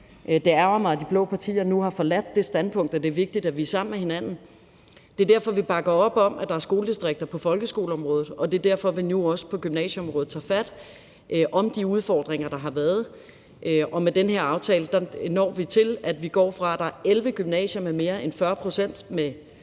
det ærgrer mig, at de blå partier nu har forladt det standpunkt, at det er vigtigt, at vi er sammen med hinanden. Og det er derfor, vi bakker op om, at der er skoledistrikter på folkeskoleområdet, og det er derfor, vi nu også på gymnasieområdet tager fat om de udfordringer, der har været, og med den her aftale går vi fra, at der er 11 gymnasier med mere end 40 pct. med